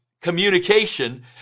communication